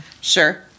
Sure